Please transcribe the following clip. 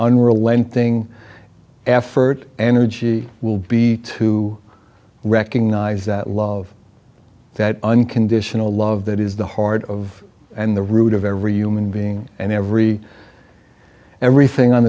unrelenting effort energy will be to recognize that love that unconditional love that is the heart of and the root of every human being and every everything on